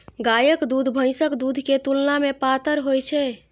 गायक दूध भैंसक दूध के तुलना मे पातर होइ छै